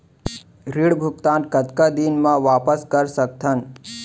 ऋण भुगतान कतका दिन म वापस कर सकथन?